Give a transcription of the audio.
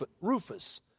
Rufus